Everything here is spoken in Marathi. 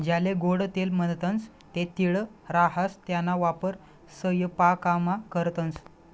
ज्याले गोडं तेल म्हणतंस ते तीळ राहास त्याना वापर सयपाकामा करतंस